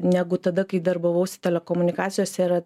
negu tada kai darbavausi telekomunikacijose yra